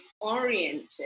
oriented